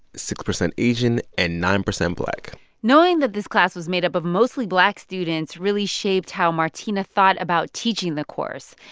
six percent asian and nine percent black knowing that this class was made up of mostly black students really shaped how martina thought about teaching the course.